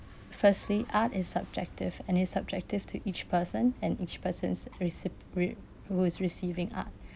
firstly art is subjective and is subjective to each person and each person's receip~ who is receiving art